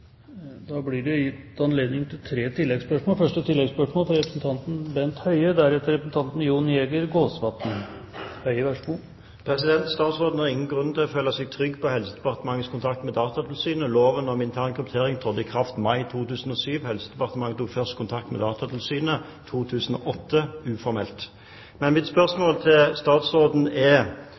blir gitt anledning til tre oppfølgingsspørsmål – først Bent Høie. Statsråden har ingen grunn til å føle seg trygg på at det har vært kontakt mellom Helsedepartementet og Datatilsynet. Loven om intern kryptering trådte i kraft i mai 2007. Helsedepartementet tok først kontakt med Datatilsynet i 2008 – uformelt. Statsråd Anne-Grete Strøm-Erichsen uttalte 27. januar i år til